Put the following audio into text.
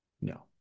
No